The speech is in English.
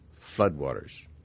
Floodwaters